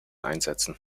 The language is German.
einsätzen